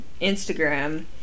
Instagram